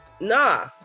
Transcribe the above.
nah